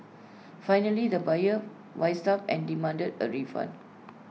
finally the buyer wised up and demanded A refund